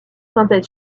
synthèse